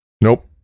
Nope